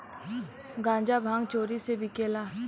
गांजा भांग चोरी से बिकेला